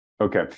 Okay